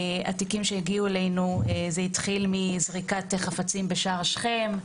התיקים שהגיעו אלינו התחילו מזריקת חפצים בשער שכם,